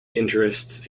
interests